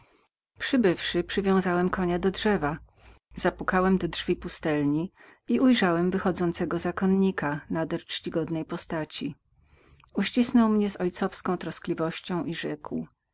przybywszy przywiązałem konia do drzewa zapukałem do drzwi pustelni i ujrzałem wychodzącego pustelnika nader poważnej postaci uścisnął mnie z ojcowską troskliwością i rzekł